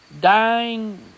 dying